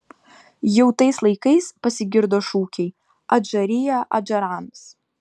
jau tais laikais pasigirdo šūkiai adžarija adžarams